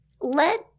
let